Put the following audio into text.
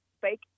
fake